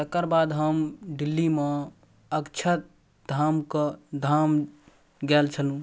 एकर बाद हम दिल्लीमे अक्षरधामके धाम गेल छलहुँ